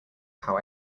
how